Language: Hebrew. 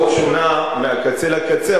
החוק שונה מהקצה לקצה,